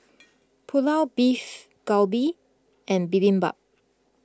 Pulao Beef Galbi and Bibimbap